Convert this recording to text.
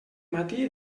matí